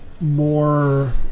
more